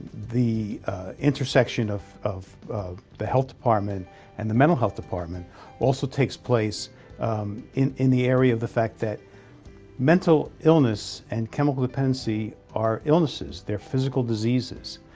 the intersection of of the health department and the mental health department also takes place in in the area of the fact that mental illness and chemical dependency are illnesses. they're physical diseases.